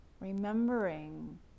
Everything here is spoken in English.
Remembering